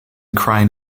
crying